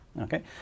okay